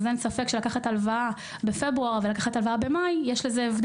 לקחת הלוואה בפברואר ולקחת הלוואה במאי זה שונה.